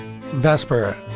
Vesper